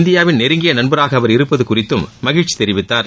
இந்தியாவின் நெருங்கிய நண்பராக அவர் இருப்பது குறித்தும் மகிழ்ச்சி தெரிவித்தார்